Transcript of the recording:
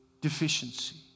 deficiency